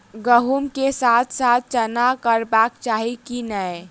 गहुम केँ साथ साथ चना करबाक चाहि की नै?